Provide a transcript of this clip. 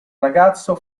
ragazzo